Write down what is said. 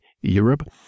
Europe